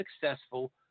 successful